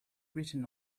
written